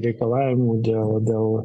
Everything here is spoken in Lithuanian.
reikalavimų dėl dėl